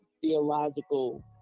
theological